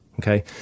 Okay